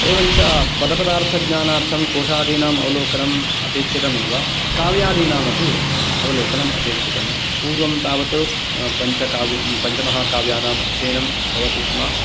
एवञ्च पदपर्दार्थं ज्ञानार्थं कोषादीनाम् अवलोकनम् अपेक्षितम् एव काव्यादीनामपि अवलोकनम् अपेक्षितम् पूर्वं तावत् पञ्चकाव्ये पञ्चमहाकाव्यानाम् अध्ययनं भवति स्म